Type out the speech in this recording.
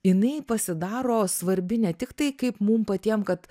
jinai pasidaro svarbi ne tik tai kaip mum patiem kad